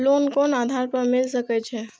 Loan कोन आधार पर मिल सके छे?